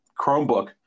chromebook